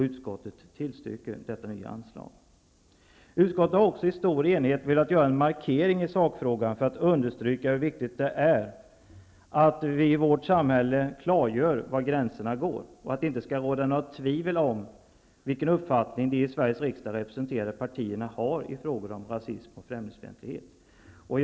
Utskottet tillstyrker detta nya anslag. Utskottet har också i stor enighet velat göra en markering i sakfrågan för att understryka hur viktigt det är att vi i vårt samhälle klargör var gränserna går och att det inte skall vara något tvivel om vilken uppfattning de i Sveriges riksdag representerade partierna har i frågor om rasism och främlingsfientlighet. Herr talman!